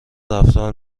رفتار